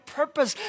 purpose